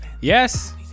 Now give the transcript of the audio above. Yes